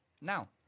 now